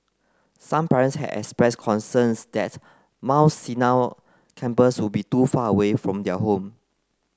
some parents had expressed concerns that Mount Sinai campus would be too far from their home